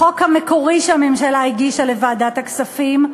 החוק המקורי, שהממשלה הגישה לוועדת הכספים,